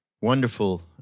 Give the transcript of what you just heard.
wonderful